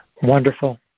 wonderful